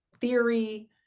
theory